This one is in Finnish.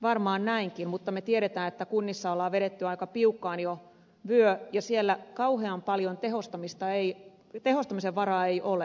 varmaan näinkin mutta me tiedämme että kunnissa on vedetty aika piukkaan jo vyö ja siellä kauhean paljon tehostamisen varaa ei ole